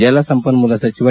ಜಲಸಂಪನ್ಮೂಲ ಸಚಿವ ಡಿ